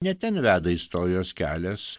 ne ten veda istorijos kelias